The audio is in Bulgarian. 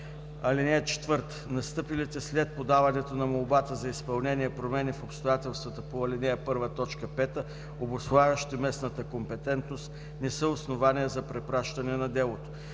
(4) Настъпилите след подаването на молбата за изпълнение промени в обстоятелствата по ал. 1, т. 5, обуславящи местната компетентност, не са основание за препращане на делото.